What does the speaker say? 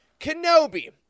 Kenobi